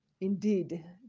indeed